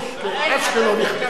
אשקלון נכבשה, האם אתם מתכוונים